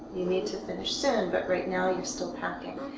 you need to finish soon, but right now you're still packing.